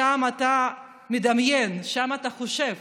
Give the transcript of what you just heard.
שם אתה מדמיין, שם אתה חושב.